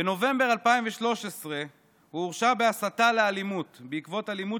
בנובמבר 2013 הוא הורשע בהסתה לאלימות בעקבות אלימות